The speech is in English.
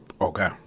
Okay